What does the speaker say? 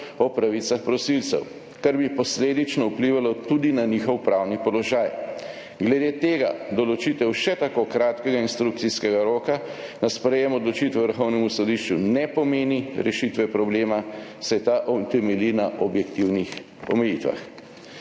o pravicah prosilcev, kar bi posledično vplivalo tudi na njihov pravni položaj. Glede tega določitev še tako kratkega instrukcijskega roka za sprejem odločitve Vrhovnemu sodišču ne pomeni rešitve problema, saj ta temelji na objektivnih omejitvah.